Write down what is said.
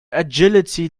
agility